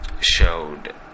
showed